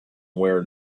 wear